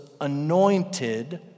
anointed